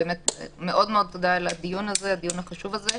מודה על הדיון החשוב הזה.